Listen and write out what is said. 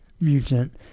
mutant